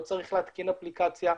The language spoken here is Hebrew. לא צריך להתקין אפליקציה,